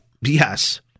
Yes